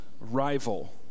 rival